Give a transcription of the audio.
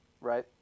Right